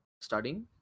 studying